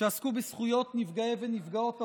שעסקו בזכויות נפגעי ונפגעות עבירה,